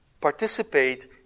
participate